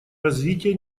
развития